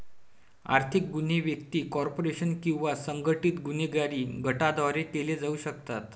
आर्थिक गुन्हे व्यक्ती, कॉर्पोरेशन किंवा संघटित गुन्हेगारी गटांद्वारे केले जाऊ शकतात